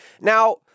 Now